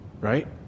Right